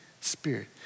Spirit